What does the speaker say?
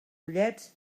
ullets